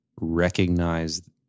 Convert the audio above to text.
recognize